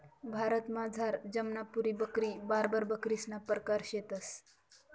भारतमझार जमनापुरी बकरी, बार्बर बकरीसना परकार शेतंस